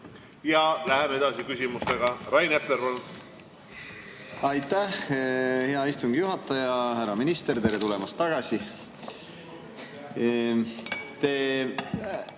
Läheme edasi küsimustega. Rain Epler, palun! Aitäh, hea istungi juhataja! Härra minister, tere tulemast tagasi!